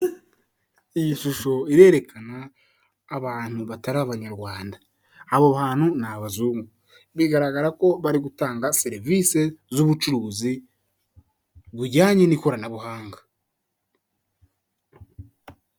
Iyi shusho irerekana abantu batari abanyarwanda, abo bantu ni abazungu, bigaragara ko bari gutanga serivisi z'ubucuruzi bujyanye n'ikoranabuhanga.